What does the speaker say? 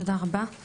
תודה רבה.